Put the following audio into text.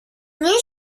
nie